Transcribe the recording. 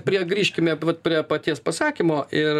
prie grįžkime prie paties pasakymo ir